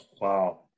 Wow